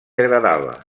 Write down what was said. agradava